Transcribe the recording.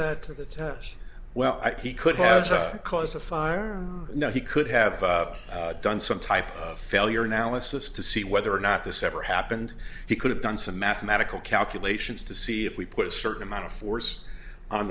that to the us well he could have caused a fire now he could have done some type of failure analysis to see whether or not this ever happened he could have done some mathematical calculations to see if we put a certain amount of force on